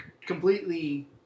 completely